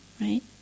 right